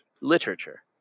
literature